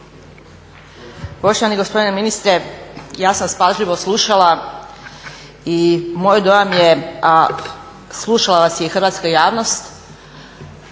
Poštovani gospodine ministre ja sam vas pažljivo slušala i moj dojam je, a slušala vas je i hrvatska javnost,